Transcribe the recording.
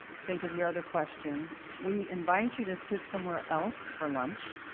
think of your other questions. we invite you to sit somewhere else for lunch.